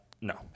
No